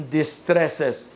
distresses